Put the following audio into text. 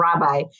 rabbi